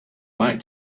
back